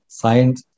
science